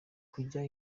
kujya